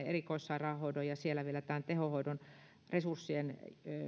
erikoissairaanhoidon ja siellä vielä tehohoidon resurssien